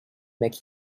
make